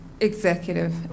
executive